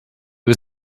was